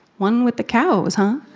one with the cows, huh?